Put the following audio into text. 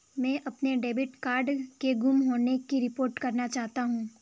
मैं अपने debit card के गुम होने की रिपोर्ट करना चाहता हूँ